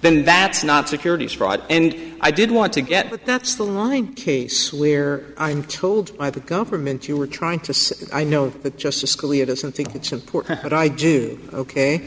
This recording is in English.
then that's not securities fraud and i did want to get but that's the line case where i'm told by the government you were trying to say i know that justice scalia doesn't think it's important but i do ok